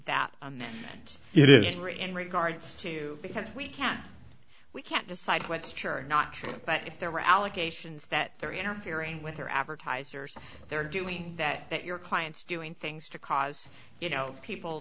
really in regards to because we can't we can't decide what's church or not but if there were allegations that they're interfering with their advertisers they're doing that that your clients doing things to cause you know people